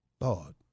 Lord